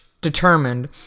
determined